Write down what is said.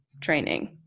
training